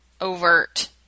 overt